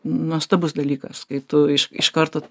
nuostabus dalykas kai tu iš iš karto